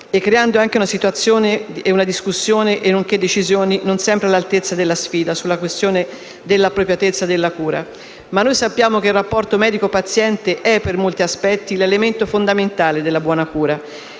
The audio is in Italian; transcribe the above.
rapporto medico-paziente e una discussione e decisioni non sempre all'altezza della sfida sulla questione dell'appropriatezza della cura. Sappiamo che il rapporto medico-paziente è, per molti aspetti, l'elemento fondamentale della buona cura;